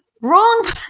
wrong